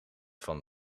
van